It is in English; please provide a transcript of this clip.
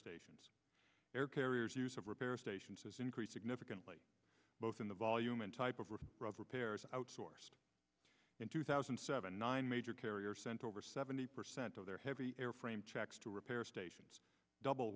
stations air carriers use of repair stations has increased significantly both in the volume and type of river road repairs outsourced in two thousand and seven nine major carriers sent over seventy percent of their heavy airframe checks to repair stations double